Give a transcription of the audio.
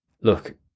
look